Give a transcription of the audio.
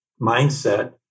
mindset